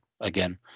again